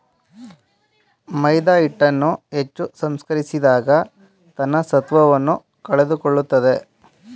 ಮೈದಾಹಿಟ್ಟನ್ನು ಹೆಚ್ಚು ಸಂಸ್ಕರಿಸಿದಾಗ ತನ್ನ ಸತ್ವವನ್ನು ಕಳೆದುಕೊಳ್ಳುತ್ತದೆ